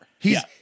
hes